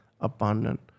abundant